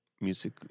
music